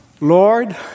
Lord